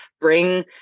bring